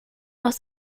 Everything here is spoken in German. aus